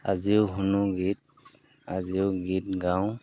আজিও শুনো গীত আজিও গীত গাওঁ